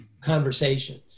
conversations